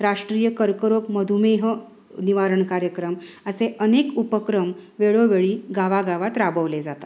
राष्ट्रीय कर्करोग मधुमेह निवारण कार्यक्रम असे अनेक उपक्रम वेळोवेळी गावागावात राबवले जातात